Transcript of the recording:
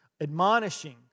admonishing